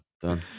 Done